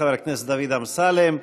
חבר הכנסת דוד אמסלם.